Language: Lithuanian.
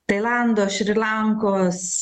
tailando šri lankos